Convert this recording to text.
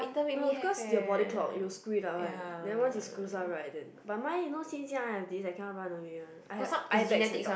no because your body clock you will screw it up one then once you screws up then but mine you know since young I have this I cannot run away one I have eye bags and dark